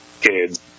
Kids